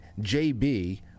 JB